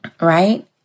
Right